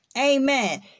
Amen